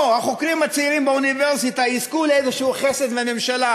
או שהחוקרים הצעירים באוניברסיטה יזכו לאיזה חסד מהממשלה,